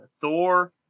Thor